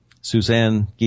Suzanne